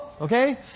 Okay